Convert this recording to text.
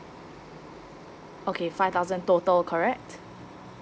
okay five thousand total correct